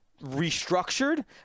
restructured